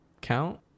count